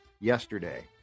yesterday